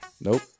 Nope